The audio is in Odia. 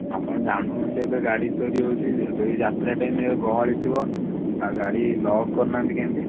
ଆପଣ ଜାଣୁଛନ୍ତି ଏବେ ଗାଡ଼ି ଚୋରି ହେଉଛି ଏବେ ବି ଯାତ୍ରା ଟାଇମ୍ ଏବେ ଗହଳି ଥିବ ଆଉ ଗାଡ଼ି ଲକ୍ କରିନାହାନ୍ତି କେମିତି